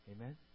Amen